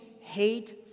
hate